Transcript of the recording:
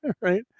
Right